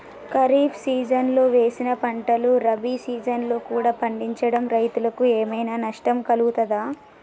ఖరీఫ్ సీజన్లో వేసిన పంటలు రబీ సీజన్లో కూడా పండించడం రైతులకు ఏమైనా నష్టం కలుగుతదా?